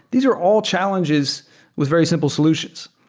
these are all challenges with very simple solutions.